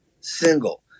single